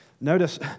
Notice